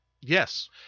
Yes